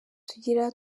tugira